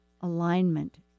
alignment